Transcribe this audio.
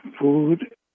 food